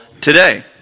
today